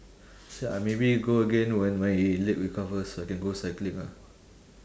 I maybe go again when my leg recovers I can go cycling ah